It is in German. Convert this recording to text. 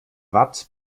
watt